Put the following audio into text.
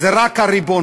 זה רק הריבון.